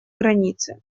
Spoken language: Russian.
границы